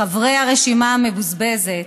חברי הרשימה המבוזבזת,